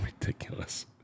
Ridiculous